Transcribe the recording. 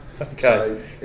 Okay